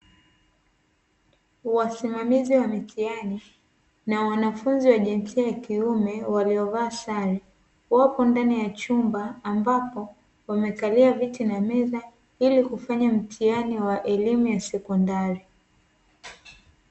Wasimamizi wa mitihani na wanafunzi wa jinsia ya kiume waliovaa sare, wapo ndani ya chumba ambapo wamekalia viti na meza, ili kufanya mtihani wa elimu ya sekondari.